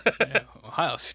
ohio